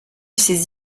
ses